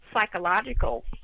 psychological